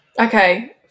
Okay